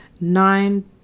nine